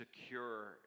secure